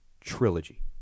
trilogy